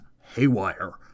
haywire